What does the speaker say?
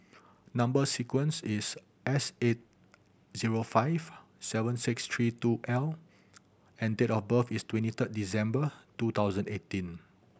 number sequence is S eight zero five seven six three two L and date of birth is twenty third December two thousand eighteen